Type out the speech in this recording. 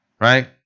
right